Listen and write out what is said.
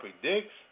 predicts